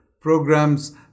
programs